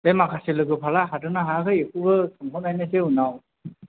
बे माखासे लोगोफ्रालाय हादोंना हायाखै बेखौबो सोंहरनायनोसै उनाव